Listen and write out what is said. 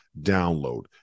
download